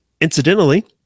incidentally